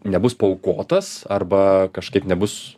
nebus paaukotas arba kažkaip nebus